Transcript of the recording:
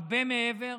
הרבה מעבר,